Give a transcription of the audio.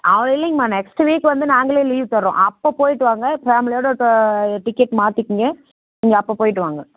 அது இல்லங்மா next week வந்து நாங்களே லீவ் தரோம் அப்போ போயிவிட்டு வாங்க ஃபேமிலியோட டோ டிக்கெட் மாற்றிக்கிங்க நீங்கள் அப்போ போயிவிட்டு வாங்க